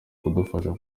kudufasha